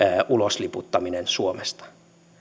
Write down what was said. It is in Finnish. ulosliputtaminen suomesta